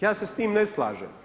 Ja se s tim ne slažem.